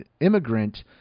immigrant